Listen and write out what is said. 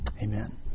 Amen